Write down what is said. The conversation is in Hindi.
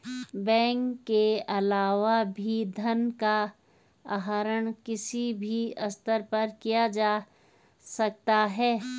बैंक के अलावा भी धन का आहरण किसी भी स्तर पर किया जा सकता है